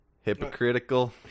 Hypocritical